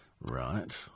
Right